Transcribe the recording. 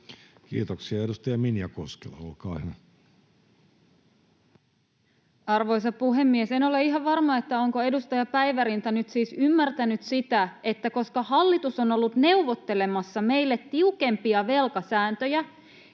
Kiitoksia. — Edustaja Minja Koskela, olkaa hyvä. Arvoisa puhemies! En ole ihan varma, onko edustaja Päivärinta nyt siis ymmärtänyt sitä, että koska hallitus on ollut neuvottelemassa meille tiukempia velkasääntöjä,